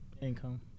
income